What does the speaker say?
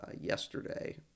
yesterday